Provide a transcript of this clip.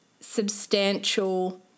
substantial